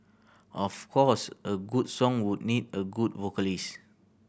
of course a good song would need a good vocalist